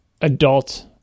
adult